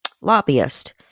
Lobbyist